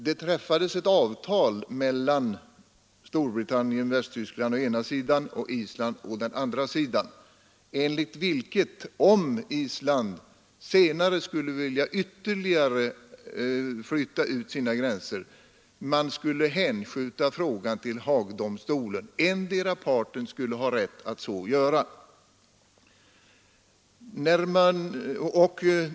Det träffades ett avtal mellan Storbritannien och Västtyskland å ena sidan och Island å andra sidan enligt vilket man, om Island senare skulle vilja ytterligare flytta ut sina gränser, skulle hänskjuta frågan till Haagdomstolen. Endera parten skulle ha rätt att så göra.